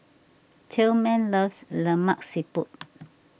Tillman loves Lemak Siput